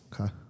Okay